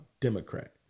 Democrat